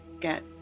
get